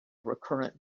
recurrent